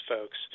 folks